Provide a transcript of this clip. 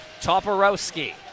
Toporowski